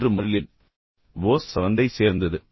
மற்றொன்று மர்லின் ஓ சவுவாந்தைச் சேர்ந்தது